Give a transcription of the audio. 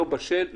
לא בשל,